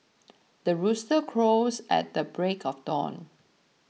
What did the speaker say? the rooster crows at the break of dawn